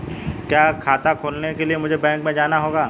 क्या खाता खोलने के लिए मुझे बैंक में जाना होगा?